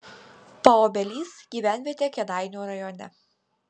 paobelys gyvenvietė kėdainių rajone